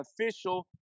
official